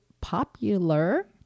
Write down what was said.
popular